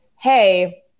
hey